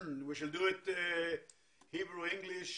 בוקר טוב לכולם, אנחנו נעשה זאת בעברית, אנגלית